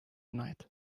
night